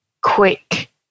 quick